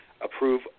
approve